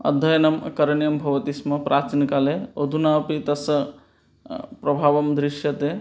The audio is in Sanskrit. अध्ययनं करणीयं भवति स्म प्राचीनकाले अधुना अपि तस्य प्रभावः दृश्यते